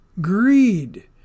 Greed